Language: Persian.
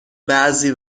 بعضی